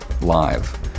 live